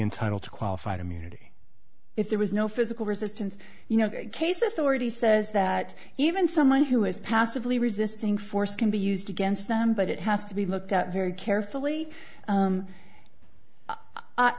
entitled to qualified immunity if there was no physical resistance you know case authority says that even someone who is passively resisting force can be used against them but it has to be looked at very carefully